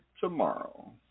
tomorrow